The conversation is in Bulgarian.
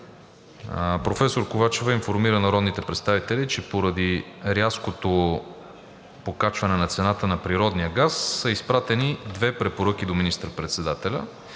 Професор Ковачева информира народните представители, че поради рязкото покачване на цената на природния газ са изпратени две препоръки до министър-председателя